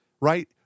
right